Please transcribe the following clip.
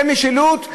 זה משילות?